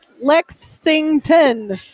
Lexington